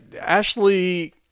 Ashley